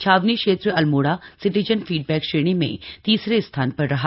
छावनी क्षेत्र Almora citizen feedback श्रेणी में तीसरे स्थान पर रहा